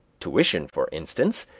tuition, for instance,